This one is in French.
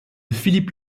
philippe